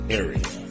area